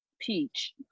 Peach